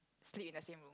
sleep in the same room